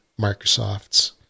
microsoft's